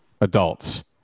adults